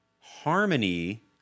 harmony